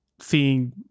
seeing